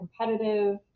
competitive